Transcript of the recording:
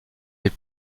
des